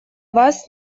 вас